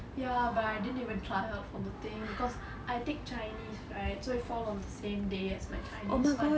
ya but I didn't even try out for the thing because I take chinese right so it fall on the same day as my chinese so I couldn't